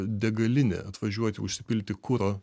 degalinė atvažiuoti užsipilti kuro